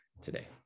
today